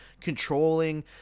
controlling